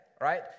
right